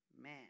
man